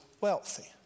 wealthy